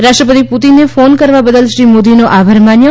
રાષ્ટ્રપતિ પુટિને ફોન કરવા બદલ શ્રી મોદીનો આભાર માન્યો